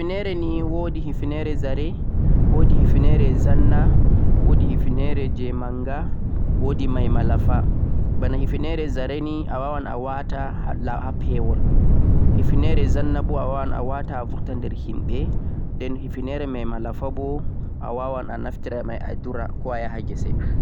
hifineire nei; woodi hifineire zare, woodi hifneire zanna, woodi hifneire jee mangha, woodi mai malafa, baana hifneire zare nei a waawan a waata lahaf hewal hifneire zanna mo a waawan a waata a burtan der yimbe den hifneire mai malafa booh a waawana naftura koh a yaahan ghisei.